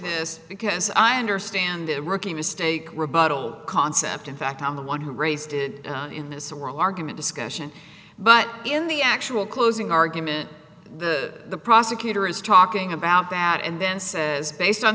this because i understand the rookie mistake rebuttal concept in fact i'm the one who raised it in this role argument discussion but in the actual closing argument the prosecutor is talking about that and then says based on